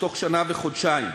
בתוך שנה וחודשיים.